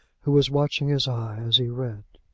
who was watching his eye as he read.